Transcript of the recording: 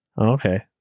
Okay